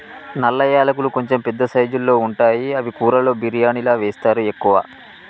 నల్ల యాలకులు కొంచెం పెద్ద సైజుల్లో ఉంటాయి అవి కూరలలో బిర్యానిలా వేస్తరు ఎక్కువ